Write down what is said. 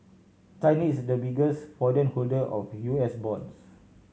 China is the biggest foreign holder of U S bonds